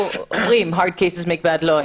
אומרים Hard cases make bad law.